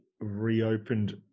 reopened